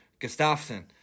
Gustafsson